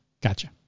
Gotcha